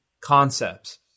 concepts